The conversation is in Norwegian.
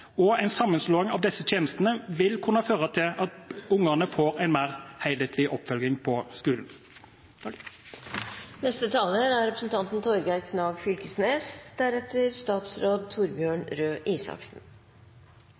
En sammenslåing av disse tjenestene vil kunne føre til at ungene får en mer helhetlig oppfølging på skolen. Første skuledag er